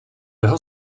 jeho